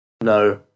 No